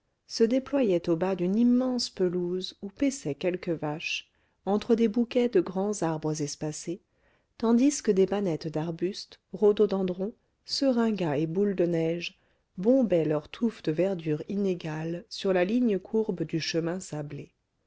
se déployait au bas d'une immense pelouse où paissaient quelques vaches entre des bouquets de grands arbres espacés tandis que des bannettes d'arbustes rhododendrons seringas et boules de neige bombaient leurs touffes de verdure inégales sur la ligne courbe du chemin sablé